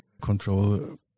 control